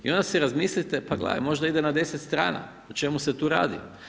I onda se razmilite pa gledajte, možda ide na 10 strana, o čemu se tu radi.